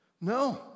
No